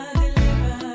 deliver